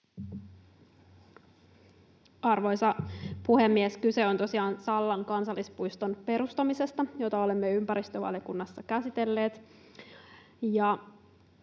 Arvoisa puhemies! Kyse on tosiaan Sallan kansallispuiston perustamisesta, jota olemme ympäristövaliokunnassa käsitelleet.